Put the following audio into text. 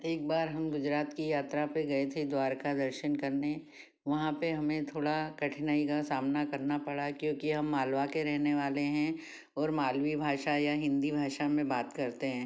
एक बार हम गुजरात की यात्रा पर गए थे द्वारका दर्शन करने वहाँ पर हमें थोड़ा कठिनाई का सामना करना पड़ा क्योंकि हम मालवा के रहने वाले हैं और मालवी भाषा या हिंदी भाषा में बात करते हैं